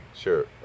sure